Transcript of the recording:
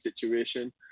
situation